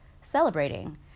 celebrating